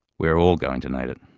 we are all going to need it!